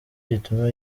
gituma